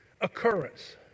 occurrence